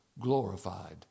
glorified